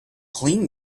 clean